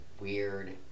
weird